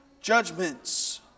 judgments